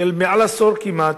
מעל עשור כמעט,